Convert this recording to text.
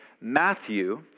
Matthew